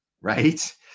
Right